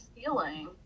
stealing